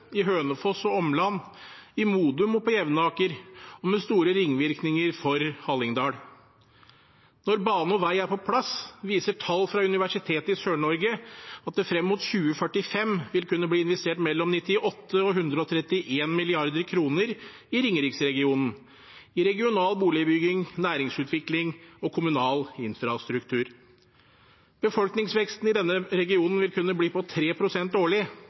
i Hønefoss og omland, i Modum og på Jevnaker – og med store ringvirkninger for Hallingdal. Når bane og vei er på plass, viser tall fra Universitetet i Sørøst-Norge at det frem mot 2045 vil kunne bli investert mellom 98 og 131 mrd. kr i Ringeriksregionen – i regional boligbygging, næringsutvikling og kommunal infrastruktur. Befolkningsveksten i denne regionen vil kunne bli på 3 pst. årlig.